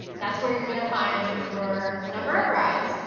that's where you're gonna find your number of rides,